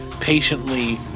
patiently